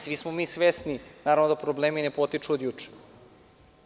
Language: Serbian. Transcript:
Svi smo mi svesni da problemi ne potiču od juče.